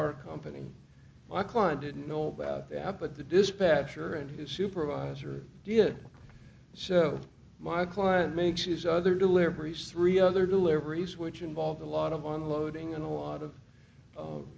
our company my client didn't know about that but the dispatcher and his supervisor did so my client makes his other deliveries three other deliveries which involve a lot of on loading and a lot of